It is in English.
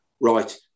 right